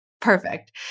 Perfect